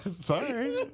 Sorry